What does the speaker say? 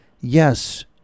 Yes